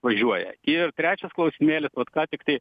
važiuoja ir trečias klausimėlis vat kątiktai